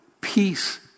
peace